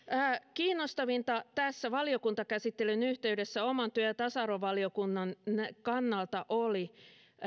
kiinnostavinta valiokuntakäsittelyn yhteydessä työ ja tasa arvovaliokunnan kannalta oli